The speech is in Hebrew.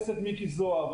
כשרפורמה מצליחה יודעים מזה.